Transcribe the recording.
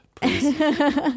Please